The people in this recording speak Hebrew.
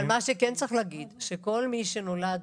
כל מי שנולד,